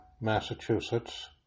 Massachusetts